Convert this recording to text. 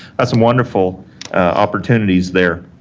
got some wonderful opportunities there.